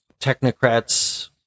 technocrats